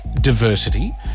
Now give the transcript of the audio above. diversity